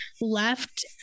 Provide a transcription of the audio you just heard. left